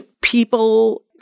people